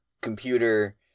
computer